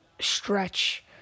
stretch